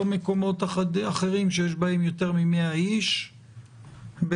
מקומות אחרים שיש בהם יותר מ-100 איש בחלל?